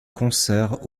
concerts